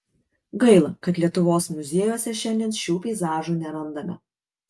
gaila kad lietuvos muziejuose šiandien šių peizažų nerandame